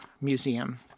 Museum